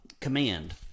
command